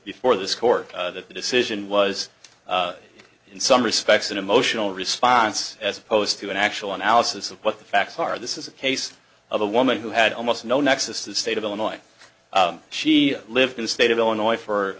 before this court that the decision was in some respects an emotional response as opposed to an actual analysis of what the facts are this is a case of a woman who had almost no nexus the state of illinois she lived in the state of illinois